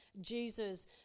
Jesus